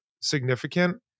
significant